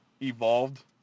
evolved